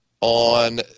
on